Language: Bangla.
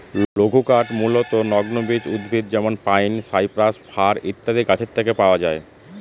লঘুকাঠ মূলতঃ নগ্নবীজ উদ্ভিদ যেমন পাইন, সাইপ্রাস, ফার ইত্যাদি গাছের থেকে পাওয়া যায়